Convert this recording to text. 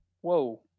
Whoa